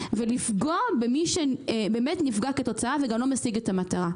ולפגוע במי שבאמת נפגע מהתוצאה וגם לא משיג את המטרה.